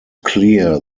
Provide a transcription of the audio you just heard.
clear